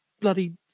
bloody